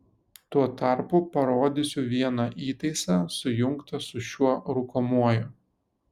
tuo tarpu parodysiu vieną įtaisą sujungtą su šiuo rūkomuoju